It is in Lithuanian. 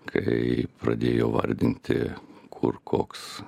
kai pradėjo vardinti kur koks